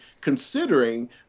considering